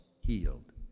healed